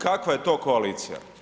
Kakva je to koalicija?